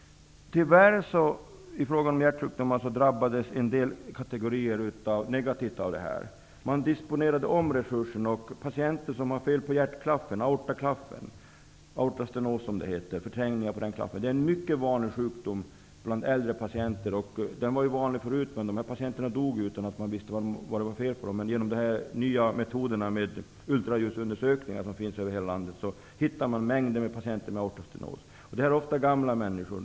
Tyvärr drabbades en del kategorier negativt av denna omdisponering av resurserna. Patienter med coronarsjukdomar prioriterades. Patienter som hade förträngningar i hjärtklaffen -- aorta-steno's, drabbades illa. Detta är en mycket vanliga sjukdom bland äldre patienter. Den var vanlig även tidigare, men dessa patienter dog då utan att man visste vad som var fel på dem. Genom nya metoder med ultraljudsundersökningar, som görs över hela landet, hittar man mängder med patienter med aorta-steno's. De är ofta gamla människor.